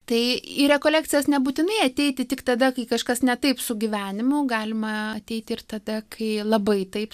tai į rekolekcijas nebūtinai ateiti tik tada kai kažkas ne taip su gyvenimu galima ateiti ir tada kai labai taip